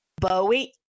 Bowie